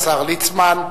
השר ליצמן,